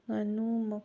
ꯉꯥꯅꯨ